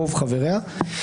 רוב חבריה.